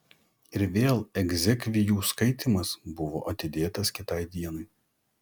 ir vėl egzekvijų skaitymas buvo atidėtas kitai dienai